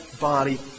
body